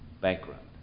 bankrupt